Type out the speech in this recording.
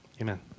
Amen